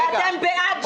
ואתם בעד שחיתות.